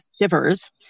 shivers